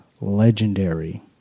legendary